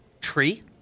Tree